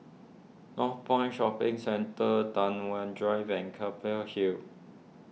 Northpoint Shopping Centre Tai Hwan Drive and Keppel Hill